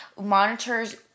monitors